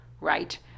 Right